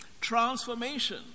Transformation